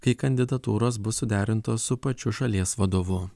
kai kandidatūros bus suderintos su pačiu šalies vadovu